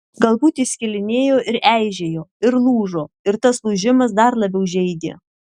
galbūt jis skilinėjo ir eižėjo ir lūžo ir tas lūžimas dar labiau žeidė